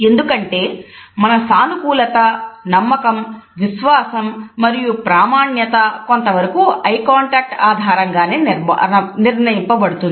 ఎందుకంటే మన సానుకూలత నమ్మకం విశ్వాసం మరియు ప్రామాణ్యత కొంతవరకూ ఐ కాంటాక్ట్ ఆధారంగా నిర్ణయింపబడుతుంది